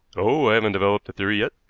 oh, i haven't developed a theory yet!